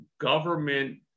government